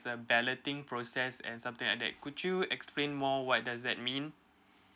a balloting process and something like that could you explain more what does that mean